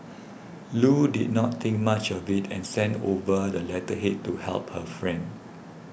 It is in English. Loo did not think much of it and sent over the letterhead to help her friend